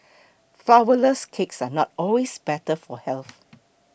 Flourless Cakes are not always better for health